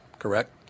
correct